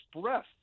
breath